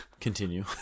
Continue